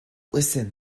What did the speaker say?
listen